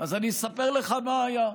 אני אספר לך מה היה.